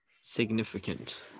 significant